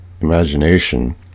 imagination